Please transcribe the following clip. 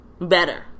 Better